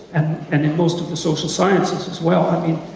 and in most of the social sciences as well, i mean,